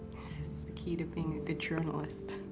says it's the key to being a good journalist.